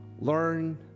Learn